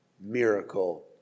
miracle